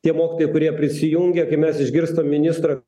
tie mokytojai kurie prisijungia kai mes išgirstam ministrą